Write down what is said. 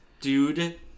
dude